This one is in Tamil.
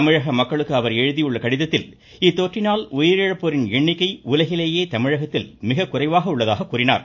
தமிழக மக்களுக்கு அவர் எழுதியுள்ள கடிதத்தில் இத்தொற்றினால் உயிரிழப்போரின் எண்ணிக்கை உலகிலேயே தமிழகத்தில் மிகக்குறைவாகவே உள்ளதாக கூறினார்